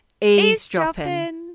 eavesdropping